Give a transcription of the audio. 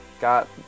got